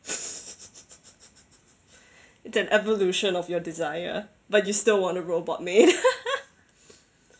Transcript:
it's an evolution of your desire but you still want a robot maid